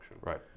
right